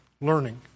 learning